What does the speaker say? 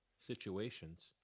situations